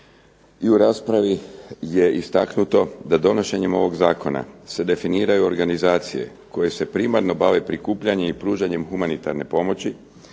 i u raspravi je istaknuto da donošenjem ovog Zakona se definiraju organizacije koje se primarno bave prikupljanjem i pružanjem humanitarne pomoći,